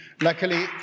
Luckily